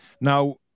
Now